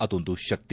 ಆದೊಂದು ಶಕ್ತಿ